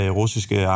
russiske